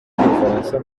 bufaransa